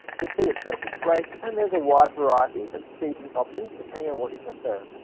the seat itself is great and there's a wide variety of seating options depending on what you prefer.